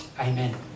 Amen